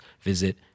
visit